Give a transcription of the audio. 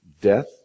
death